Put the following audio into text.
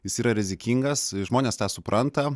jis yra rizikingas žmonės tą supranta